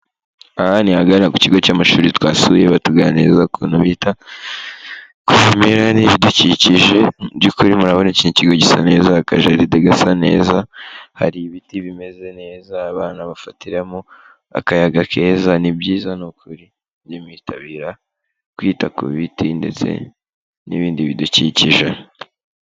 Aha ni ahagana ku kigo cy'amashuri twasuye batuganiriza ukuntu bita ku kubimera n'ibidukikije mu byukuri murabona kino kigo gisa neza, akajaride gasa neza, hari ibiti bimeze neza abana bafatiramo akayaga keza, ni byiza ni ukuri, mujye mwitabira kwita ku biti ndetse n'ibindi bidukikije.